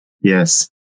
Yes